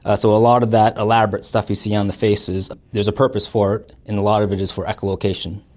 ah so a lot of that elaborate stuff you see on the faces, there is a purpose for it, and a lot of it is for echolocation.